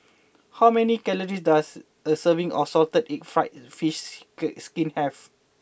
how many calories does a serving of Salted Egg Fried Fish ski Skin have